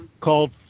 called